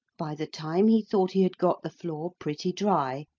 by the time he thought he had got the floor pretty dry,